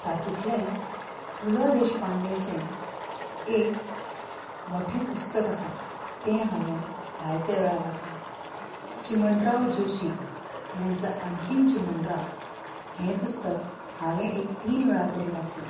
तातूंतलें पु ल देशपांडेचें एक मोठें पुस्तक आसा तें हांवें जायतेवेळा वाचलां चिमणराव जोशी ह्यांच आणखीन चिमणराव हें पुस्तक हांवें एक तीन वेळा तरी वाचलां